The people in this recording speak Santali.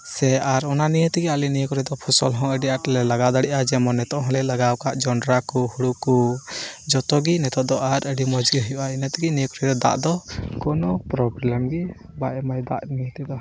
ᱥᱮ ᱟᱨ ᱚᱱᱟ ᱱᱤᱭᱟᱹ ᱛᱮᱜᱮ ᱟᱞᱮ ᱱᱤᱭᱟᱹ ᱠᱚᱨᱮ ᱫᱚ ᱯᱷᱚᱥᱚᱞ ᱦᱚᱸ ᱟᱹᱰᱤ ᱟᱸᱴ ᱞᱮ ᱞᱟᱜᱟᱣ ᱫᱟᱲᱮᱭᱟᱜᱼᱟ ᱡᱮᱢᱚᱱ ᱱᱤᱛᱚᱜ ᱦᱚᱞᱮ ᱞᱟᱜᱟᱣ ᱟᱠᱟᱫ ᱡᱚᱸᱰᱨᱟ ᱠᱚ ᱦᱳᱲᱳ ᱠᱚ ᱡᱚᱛᱚ ᱜᱮ ᱱᱤᱛᱚᱜ ᱫᱚ ᱟᱨ ᱟᱹᱰᱤ ᱢᱤᱡᱽ ᱜᱮ ᱦᱩᱭᱩᱜᱼᱟ ᱤᱱᱟᱹ ᱛᱮᱜᱮ ᱱᱤᱭᱟᱹ ᱠᱚᱨᱮ ᱫᱚ ᱫᱟᱜ ᱫᱚ ᱠᱳᱱᱳ ᱯᱚᱨᱚᱵᱮᱞᱮᱢ ᱜᱮ ᱵᱟᱭ ᱮᱢᱟ ᱫᱟᱜ ᱜᱮ ᱱᱤᱛᱚᱜ ᱫᱚ